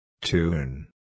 Tune